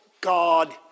God